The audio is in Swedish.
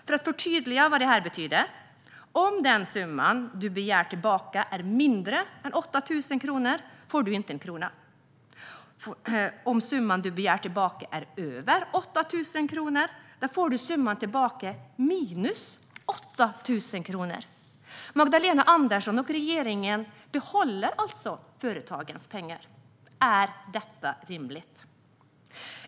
För att förtydliga vad det här betyder: Om den summa som man begär tillbaka är mindre än 8 000 kronor får man inte en krona. Om summan man begär tillbaka är över 8 000 kronor får man summan tillbaka minus 8 000 kronor. Magdalena Andersson och regeringen behåller alltså företagens pengar. Är detta rimligt?